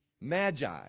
Magi